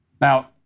Now